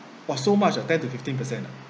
!wah! so much ah ten to fifteen percent ah